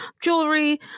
jewelry